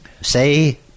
say